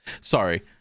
sorry